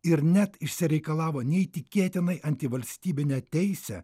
ir net išsireikalavo neįtikėtinai antivalstybinę teisę